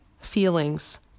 feelings